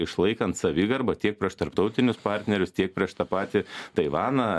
išlaikant savigarbą tiek prieš tarptautinius partnerius tiek prieš tą patį taivaną